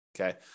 Okay